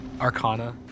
Arcana